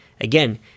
again